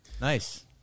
Nice